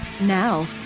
Now